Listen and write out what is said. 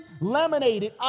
laminated